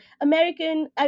American